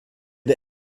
der